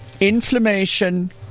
inflammation